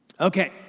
Okay